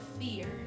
fear